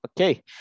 Okay